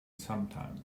sometime